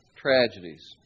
tragedies